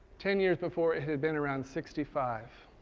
ten years before it had been around sixty five.